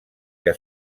que